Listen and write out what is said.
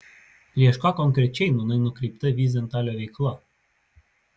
prieš ką konkrečiai nūnai nukreipta vyzentalio veikla